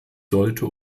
sollte